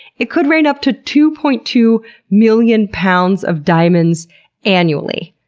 it could rain up to two point two million pounds of diamonds annually.